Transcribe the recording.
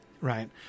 right